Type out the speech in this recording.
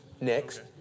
next